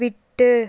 விட்டு